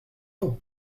nom